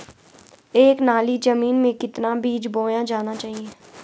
एक नाली जमीन में कितना बीज बोया जाना चाहिए?